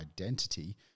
identity